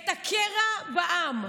את הקרע בעם,